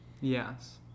Yes